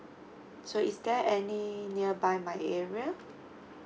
so is there any nearby my area